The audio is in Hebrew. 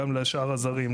גם לשאר הזרים,